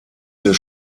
des